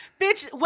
Bitch